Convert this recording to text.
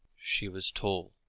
she was tall,